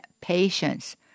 patience